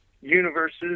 universes